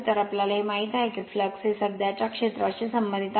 तर आपल्याला हे माहित आहे की फ्लक्स हे सध्याच्या क्षेत्राशी संबंधित आहे